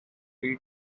read